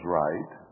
right